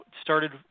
started